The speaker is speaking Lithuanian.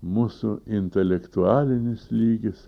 mūsų intelektualinis lygis